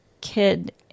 kid